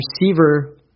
receiver